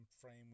frame